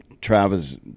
travis